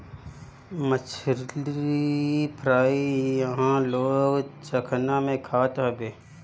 मछरी फ्राई इहां लोग चखना में खात हवे